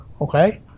Okay